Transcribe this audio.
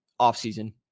offseason